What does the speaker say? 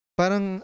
parang